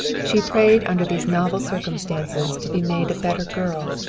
she prayed under these novel circumstances to be made a better girl,